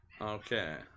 Okay